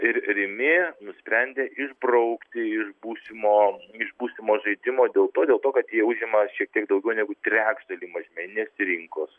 ir rimi nusprendė išbraukti iš būsimo iš būsimo žaidimo dėl to dėl to kad jie užima šiek tiek daugiau negu trečdalį mažmeninės rinkos